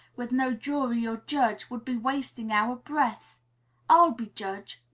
with no jury or judge, would be wasting our breath i'll be judge,